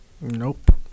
Nope